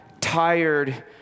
tired